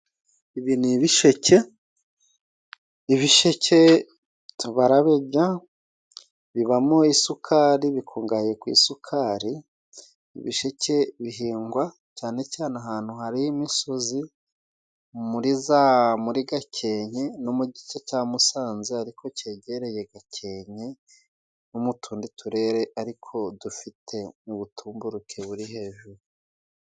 Ibi ni ibisheke, ibisheke barabirya bibamo isukari bikungahaye ku isukari, ibisheke bihingwa cyane cyane ahantu hari imisozi muri za muri Gakenke no mu gice cya Musanze ariko cyegereye Gakenke, no mu tundi turere ariko dufite mu butumburuke buri hejuru.